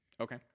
Okay